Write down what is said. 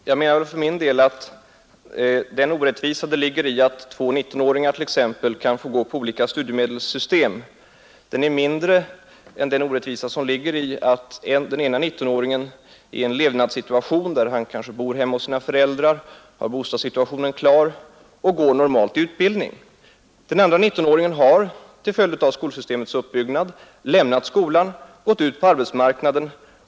Herr talman! Jag anser för min del att den orättvisa som ligger i att olika studiemedelssystem tillämpas för två nittonåringar är mindre än den orättvisa som ligger i att den ene nittonåringen kanske bor hemma hos sina föräldrar och har en annan levnadssituation och går i den vanliga utbildningsgången, medan den andre till följd av skolsystemets uppbyggnad har lämnat skolan och gått ut på arbetsmarknaden.